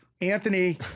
Anthony